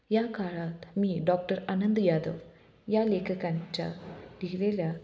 या काळात मी डॉक्टर आनंद यादव या लेखकांच्या लिहलेल्या